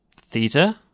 Theta